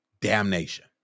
damnation